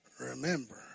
remember